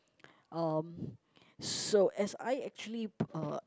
um so as I actually uh